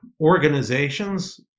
organizations